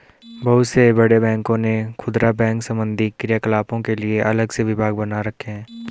बहुत से बड़े बैंकों ने खुदरा बैंक संबंधी क्रियाकलापों के लिए अलग से विभाग बना रखे हैं